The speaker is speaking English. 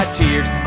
tears